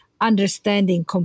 understanding